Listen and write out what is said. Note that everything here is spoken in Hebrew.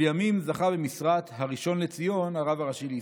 ולימים זכה במשרת הראשון לציון, הרב הראשי לישראל.